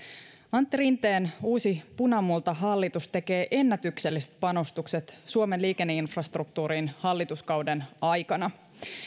antti rinteen uusi punamultahallitus tekee ennätykselliset panostukset suomen liikenneinfrastruktuuriin hallituskauden aikana